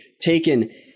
taken